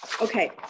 Okay